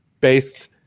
based